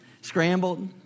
Scrambled